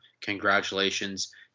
congratulations